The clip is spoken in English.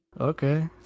Okay